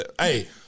Hey